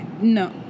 no